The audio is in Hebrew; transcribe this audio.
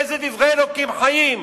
איזה דברי אלוהים חיים,